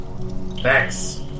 Thanks